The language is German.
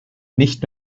nicht